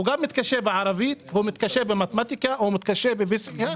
הוא מתקשה גם בערבית, במתמטיקה ובפיזיקה.